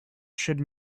should